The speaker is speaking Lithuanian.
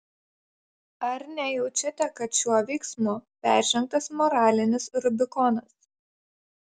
ar nejaučiate kad šiuo veiksmu peržengtas moralinis rubikonas